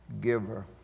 giver